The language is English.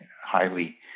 highly